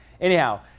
Anyhow